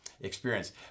experience